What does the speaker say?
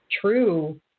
true